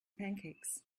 pancakes